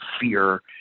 fear